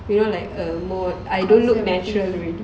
you know like a more I don't look natural already